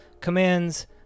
commands